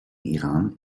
iran